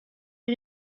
est